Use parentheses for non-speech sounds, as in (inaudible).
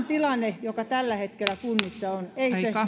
(unintelligible) tilanne joka tällä hetkellä kunnissa on ei se